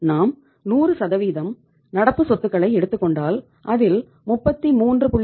நாம் 100 நடப்பு சொத்துக்களை எடுத்துக்கொண்டால் அதில் 33